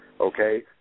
Okay